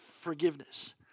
forgiveness